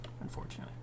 Unfortunately